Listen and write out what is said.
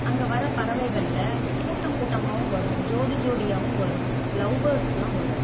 அங்கே வர பறவைகளில் கூட்டங் கூட்டமாகவும் வரும் ஜோடி ஜோடியாகவும் வரும் லவ் பேர்ட்ஸ்லாம் வரும்